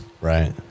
right